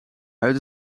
uit